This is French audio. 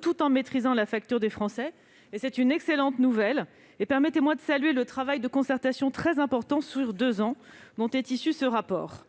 tout en maîtrisant la facture des Français ; c'est une excellente nouvelle. Permettez-moi de saluer le travail de concertation très important mené sur deux ans, dont est issu ce rapport.